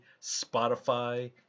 Spotify